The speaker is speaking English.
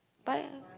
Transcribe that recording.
buy